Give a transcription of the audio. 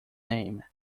name